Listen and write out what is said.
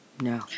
no